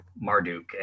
Marduk